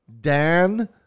Dan